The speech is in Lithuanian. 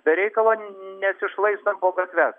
be reikalo nesišlaistant po gatves